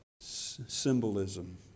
symbolism